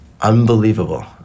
unbelievable